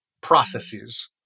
processes